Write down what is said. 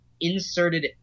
inserted